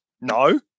no